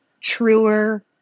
truer